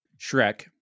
Shrek